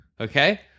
Okay